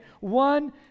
One